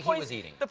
he was eating?